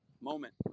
moment